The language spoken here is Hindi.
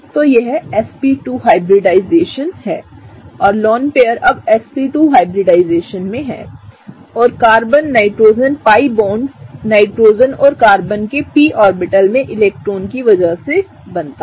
तो यह sp2हाइब्रिडाइजेशन है लोन पेयर अब sp2हाइब्रिडाइजेशन में है और carbon nitrogen pi bond nitrogen और कार्बन के p ऑर्बिटल में इलेक्ट्रॉन की वजह से बनता है